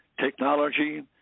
technology